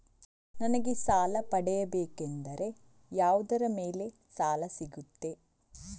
ನನಗೆ ಸಾಲ ಪಡೆಯಬೇಕಾದರೆ ಯಾವುದರ ಮೇಲೆ ಸಾಲ ಸಿಗುತ್ತೆ?